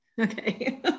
Okay